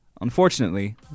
unfortunately